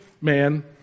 man